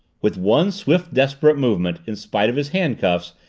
with one swift, desperate movement, in spite of his handcuffs,